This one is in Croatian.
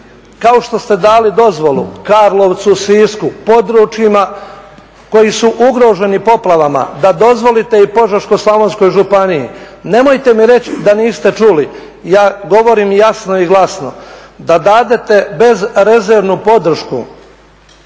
kao što ste dali dozvolu Karlovcu, Sisku, područjima koji su ugroženi poplavama da dozvolite i Požeško-slavonskoj županiji. Nemojte mi reći da niste čuli, ja govorim jasno i glasno da dadete bezrezervnu podršku